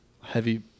Heavy